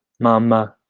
momma,